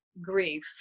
grief